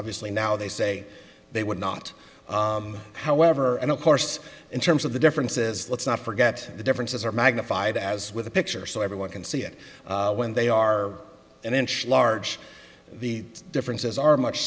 obviously now they say they would not however and of course in terms of the differences let's not forget the differences are magnified as with the picture so everyone can see it when they are an inch large the differences are much